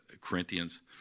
Corinthians